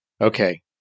Okay